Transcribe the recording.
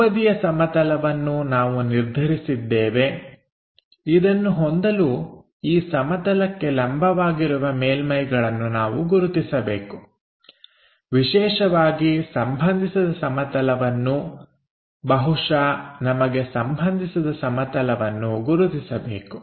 ಮುಂಬದಿಯ ಸಮತಲವನ್ನು ನಾವು ನಿರ್ಧರಿಸಿದ್ದೇವೆ ಇದನ್ನು ಹೊಂದಲು ಈ ಸಮತಲಕ್ಕೆ ಲಂಬವಾಗಿರುವ ಮೇಲ್ಮೈಗಳನ್ನು ನಾವು ಗುರುತಿಸಬೇಕು ವಿಶೇಷವಾಗಿ ಸಂಬಂಧಿಸಿದ ಸಮತಲವನ್ನು ಬಹುಶಃ ನಮಗೆ ಸಂಬಂಧಿಸಿದ ಸಮತಲವನ್ನು ಗುರುತಿಸಬೇಕು